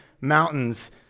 mountains